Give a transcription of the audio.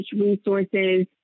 resources